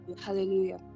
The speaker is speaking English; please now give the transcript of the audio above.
hallelujah